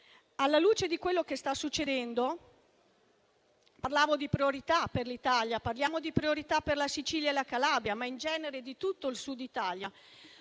Alla luce di quello che sta succedendo, parlando di priorità per l'Italia, di priorità per la Sicilia e la Calabria, ma in genere di tutto il Sud Italia,